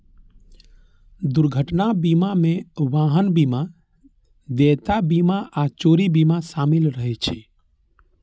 दुर्घटना बीमा मे वाहन बीमा, देयता बीमा आ चोरी बीमा शामिल रहै छै